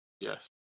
Yes